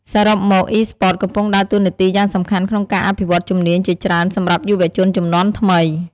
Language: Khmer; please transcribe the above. សរុបមក Esports កំពុងដើរតួនាទីយ៉ាងសំខាន់ក្នុងការអភិវឌ្ឍជំនាញជាច្រើនសម្រាប់យុវជនជំនាន់ថ្មី។